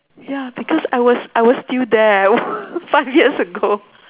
ya because I was I was still there five years ago